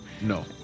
No